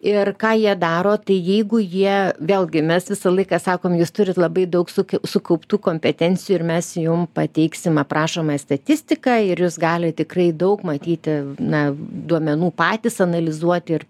ir ką jie daro tai jeigu jie vėlgi mes visą laiką sakom jūs turit labai su sukauptų kompetencijų ir mes jum pateiksime aprašomąją statistiką ir jūs galit tikrai daug matyti na duomenų patys analizuoti ir